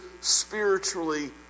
spiritually